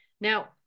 Now